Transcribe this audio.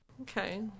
Okay